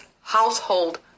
household